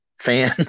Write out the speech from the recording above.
Fan